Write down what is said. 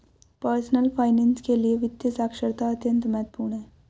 personal finance के लिए वित्तीय साक्षरता अत्यंत महत्वपूर्ण है